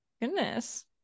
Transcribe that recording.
goodness